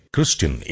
Christian